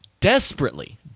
desperately